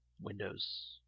Windows